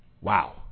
Wow